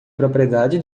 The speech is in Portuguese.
propriedade